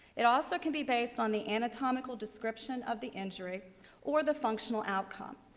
it also can be based on the anatomical description of the injury or the functional outcome.